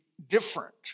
Different